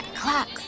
clocks